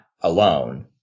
alone